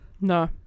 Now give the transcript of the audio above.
No